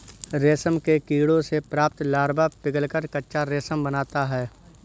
रेशम के कीड़ों से प्राप्त लार्वा पिघलकर कच्चा रेशम बनाता है